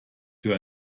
für